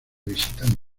visitante